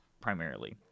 primarily